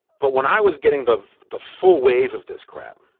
but when i was getting the the full wave of this crap,